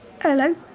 Hello